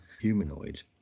humanoid